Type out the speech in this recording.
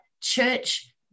church